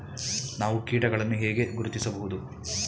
ನಾವು ಕೀಟಗಳನ್ನು ಹೇಗೆ ಗುರುತಿಸಬಹುದು?